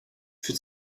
für